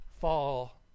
fall